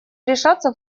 решаться